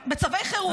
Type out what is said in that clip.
בואי תהיי רגע שופטת,